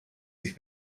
sich